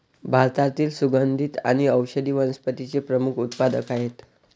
भारतातील सुगंधी आणि औषधी वनस्पतींचे प्रमुख उत्पादक आहेत